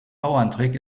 bauerntrick